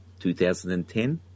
2010